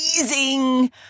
amazing